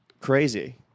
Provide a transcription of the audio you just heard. Crazy